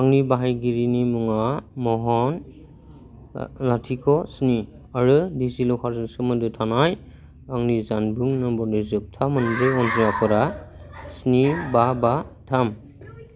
आंनि बाहायगिरिनि मुङा महन लाथिख' स्नि आरो डिजिलकारजों सोमोन्दो थानाय आंनि जानबुं नाम्बारनि जोबथा मोनब्रै अनजिमाफोरा स्नि बा बा थाम